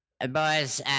Boys